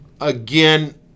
again